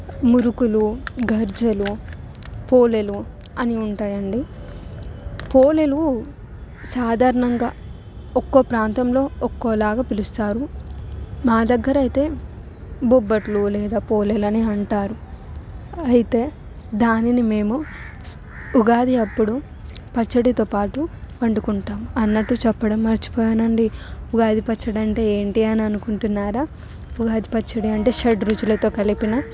మురుకులు గరిజాలు పోలేలు అని ఉంటాయండి పోలేలు సాధారణంగా ఒక్కో ప్రాంతంలో ఒక్కోలాగా పిలుస్తారు మా దగ్గర అయితే బొబ్బట్లు లేదా పోలేలు అని అంటారు అయితే దానిని మేము ఉగాది అప్పుడు పచ్చడితోపాటు వండుకుంటాం అన్నట్టు చెప్పడం మర్చిపోయాను అండి ఉగాది పచ్చడి అంటే ఏంటి అని అనుకుంటున్నారా ఉగాది పచ్చడి అంటే షడ్ రుచులతో కలిపిన